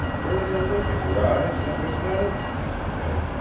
there is a look in your eyes that was not in them yesterday,